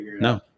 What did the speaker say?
No